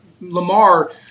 Lamar